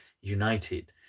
united